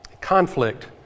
Conflict